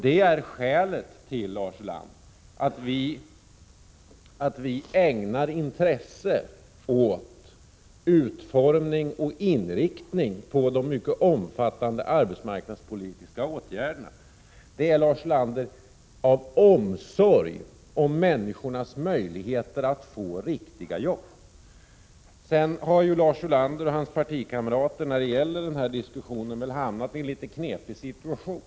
Detta är, Lars Ulander, skälet till att vi ägnar intresse åt utformningen och inriktningen av de mycket omfattande arbetsmarknadspolitiska åtgärderna. Vi gör det av omsorg om människornas möjligheter att få riktiga jobb. Lars Ulander och hans partikamrater har ju i denna diskussion hamnat i en rätt knepig situation.